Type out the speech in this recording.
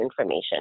information